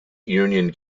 union